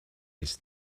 his